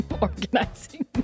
organizing